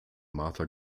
martha